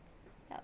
ya